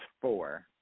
four